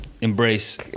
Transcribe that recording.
embrace